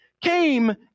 Came